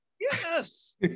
Yes